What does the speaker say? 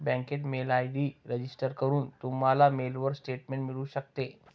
बँकेत mail ID register करून, तुम्हाला मेलवर स्टेटमेंट मिळू शकते